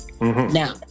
Now